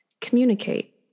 communicate